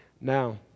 Now